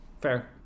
fair